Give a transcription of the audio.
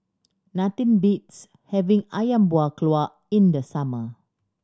nothing beats having Ayam Buah Keluak in the summer